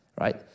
right